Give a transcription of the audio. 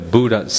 Buddha